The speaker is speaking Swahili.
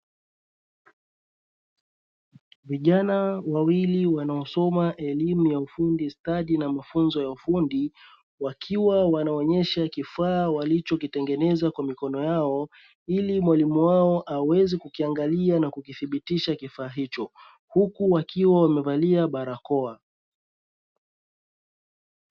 Vijana wawili wanaosoma elimu ya ufundi stadi na mafunzo ya ufundi, wakiwa wanaonesha kifaa walichokitengeneza kwa mikono yao, ili mwalimu wao aweze kukiangalia na kukithibitisha kifa hicho, huku wakiwa wamevalia barakoa.